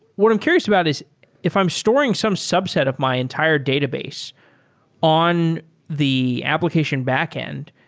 what i'm curious about is if i'm storing some subset of my entire database on the application backend,